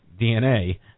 DNA